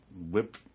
whip